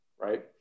right